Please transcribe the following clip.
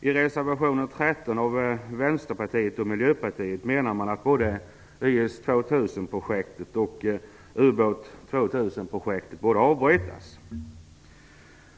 I reservationen 13, avgiven av Vänsterpartiet och Miljöpartiet, menar man att både YS 2000-projektet och ubåt 2000-projektet borde avbrytas.